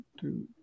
two